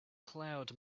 cloud